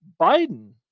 Biden